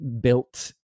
built